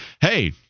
hey